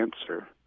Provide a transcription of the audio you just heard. answer